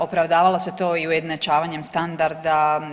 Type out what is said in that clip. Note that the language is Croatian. Opravdalo se to i ujednačavanjem standarda.